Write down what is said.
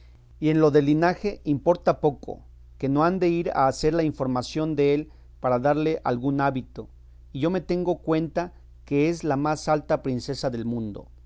y en lo del linaje importa poco que no han de ir a hacer la información dél para darle algún hábito y yo me hago cuenta que es la más alta princesa del mundo